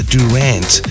Durant